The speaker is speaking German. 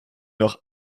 noch